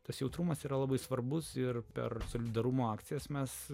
tas jautrumas yra labai svarbus ir per solidarumo akcijas mes